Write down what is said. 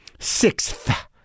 Sixth